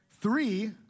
Three